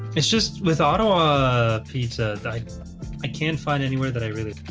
it's just with ottawa pizza, like i can't find anywhere that i really